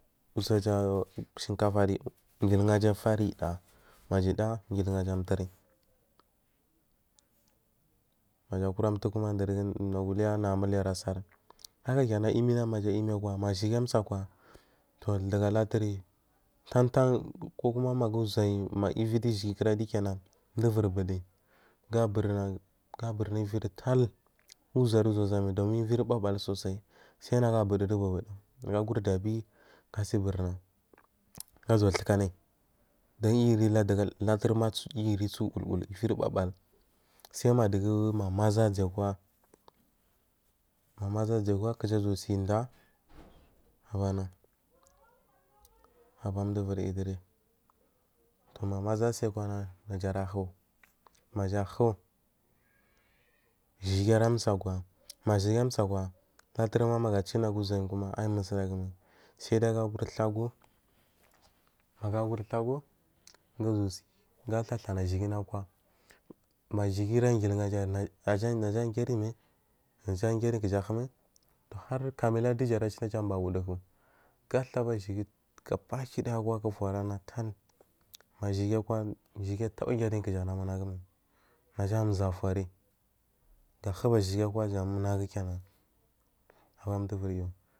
Kubari gilwasa a faradiya ma diya gilwaja tori maja ka a tuku matu nagu aliya nagu amuliya asar haka kenan imi ha ku ma shigi asu akwa to daga laturi tan tan kokuma magu utoyi ma uvi dushi gi kiradi kenan du vir baduyi ga borna gabirna uviri tal u togu zu zoa zu mai uviri pa bal sosai sai nagu ubudu gu bududa maga a guri dabi gasi burna ga suwa tukana yi dun yiyi sator march yi gi sowu ul ul uviyi bubal sai madugu maza azu akwa maza azowo akwa gaja guja uzuwa si da abana abandu uviryi duri toma maza asi akwana na ja ara hu maja ahu shigi ara so akwa mu shigi asu akwa satori ma maga cu nagu u zuyayi koma ayi musudagu mai sai dai ga guri tagu ko maga a guri tagu maga agus tagu gasowa si tata ta suigina akwa ma shigi ira gilhuri naja naja agiryi mai naja ahiriyi jaja ahu mai hark a min latu jura cu na abu woduku gat aba shigi ga bathidaya akwa kufin aran na talka yan naja a taba kiriyi gar a na mmagu main a a za fari ga hub a shigi a kwa jan minagu kenanan ubanan uviri yu.